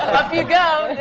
up you go!